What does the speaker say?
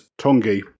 Tongi